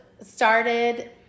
started